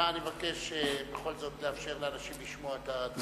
אני מבקש בכל זאת לאפשר לאנשים לשמוע את הדברים.